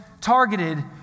targeted